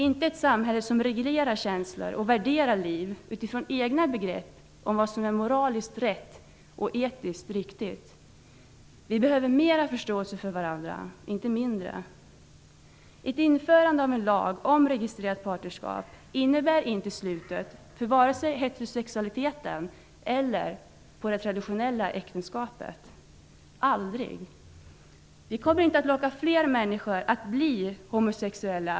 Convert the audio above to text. Inte ett samhälle som reglerar känslor och värderar liv utifrån egna begrepp om vad som är moraliskt rätt och etiskt riktigt. Vi behöver mer förståelse för varandra, inte mindre. Ett införande av en lag om registrerat partnerskap innebär inte slutet på vare sig heterosexualiteten eller det traditionella äktenskapet. Det kan aldrig bli fallet. Att vi inför denna lag kommer inte att locka fler människor att bli homosexuella.